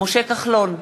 משה כחלון,